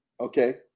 Okay